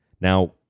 Now